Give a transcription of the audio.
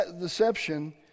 deception